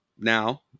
now